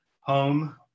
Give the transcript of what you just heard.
home